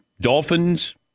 Dolphins